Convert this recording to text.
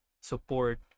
support